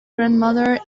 grandmother